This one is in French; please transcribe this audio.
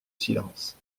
silence